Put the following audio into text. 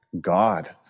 God